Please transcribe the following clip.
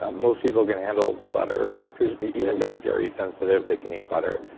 ah most people can handle butter. even if they're dairy sensitive, they can eat butter.